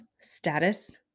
status